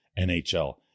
NHL